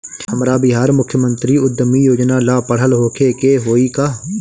हमरा बिहार मुख्यमंत्री उद्यमी योजना ला पढ़ल होखे के होई का?